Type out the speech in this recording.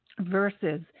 versus